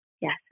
Yes